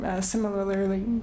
similarly